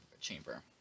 chamber